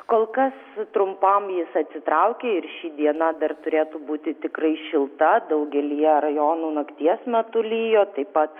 kol kas trumpam jis atsitraukė ir ši diena dar turėtų būti tikrai šilta daugelyje rajonų nakties metu lijo taip pat